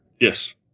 Yes